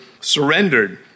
surrendered